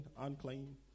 unclean